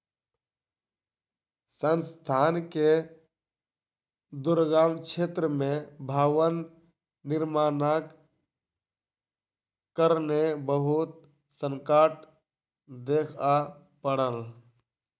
संस्थान के दुर्गम क्षेत्र में भवन निर्माणक कारणेँ बहुत संकट देखअ पड़ल